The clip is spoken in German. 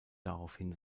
daraufhin